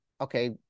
okay